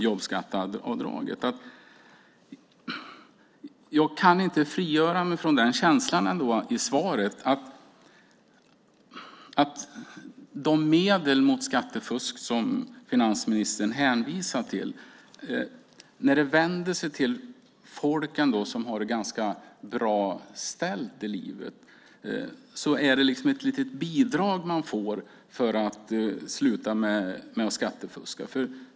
Jag kan inte frigöra mig från känslan att de medel mot skattefusk som finansministern hänvisar till vänder sig till folk som har det ganska bra ställt i livet och är ett litet bidrag de får för att sluta med skattefusk.